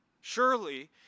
Surely